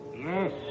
Yes